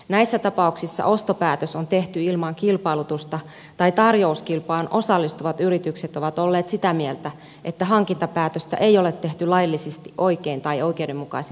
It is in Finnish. näissä tapauksissa ostopäätös on tehty ilman kilpailutusta tai tarjouskilpaan osallistuvat yritykset ovat olleet sitä mieltä että hankintapäätöstä ei ole tehty laillisesti oikein tai oikeudenmukaisin perustein